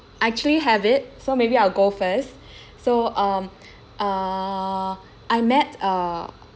I actually have it so maybe I'll go first so um uh I met a